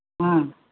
ஆ